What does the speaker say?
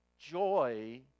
Joy